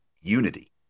unity